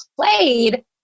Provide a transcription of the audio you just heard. played